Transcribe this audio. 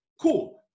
cool